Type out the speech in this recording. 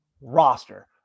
roster